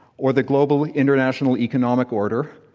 or the global international economic order,